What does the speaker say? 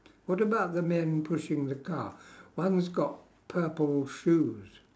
what about the men pushing the car one's got purple shoes